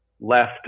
left